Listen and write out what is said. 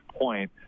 point